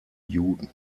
juden